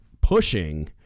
pushing